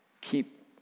Keep